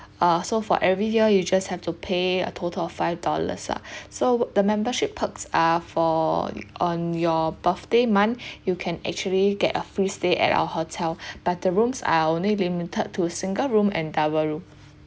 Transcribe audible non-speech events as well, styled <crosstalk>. uh so for every year you just have to pay a total of five dollars lah so the membership perks are for on your birthday month <breath> you can actually get a free stay at our hotel <breath> but the rooms are only limited to single room and double room